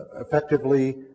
effectively